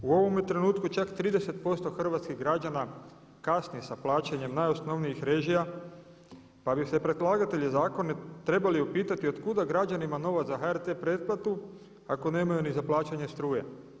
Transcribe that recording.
U ovome trenutku čak 30% hrvatskih građana kasni sa plaćanjem najosnovnijih režija pa bi se predlagatelji zakona trebali upitati otkuda građanima novac za HRT pretplatu ako nemaju ni za plaćanje struje?